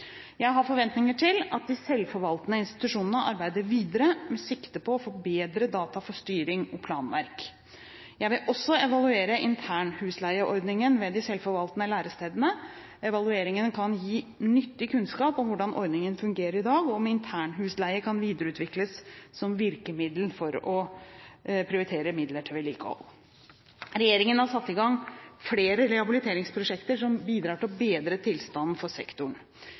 Jeg har forventninger til at de selvforvaltende institusjonene arbeider videre med sikte på å få bedre data for styring og planverk. Jeg vil også evaluere internhusleieordningen ved de selvforvaltende lærestedene. Evalueringen kan gi nyttig kunnskap om hvordan ordningen fungerer i dag og om internhusleie kan videreutvikles som virkemiddel for å prioritere midler til vedlikehold. Regjeringen har satt i gang flere rehabiliteringsprosjekter som bidrar til å bedre tilstanden for sektoren.